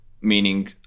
meaning